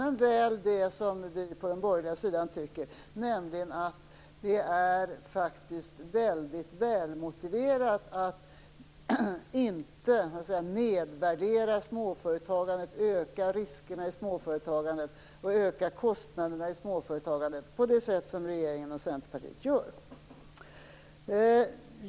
Men de tycker som vi från den borgerliga sidan tycker, nämligen att det är välmotiverat att inte nedvärdera, öka riskerna och kostnaderna i småföretagandet på det sätt som regeringen och Centerpartiet gör.